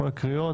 בכל הקריאות.